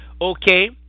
okay